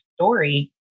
story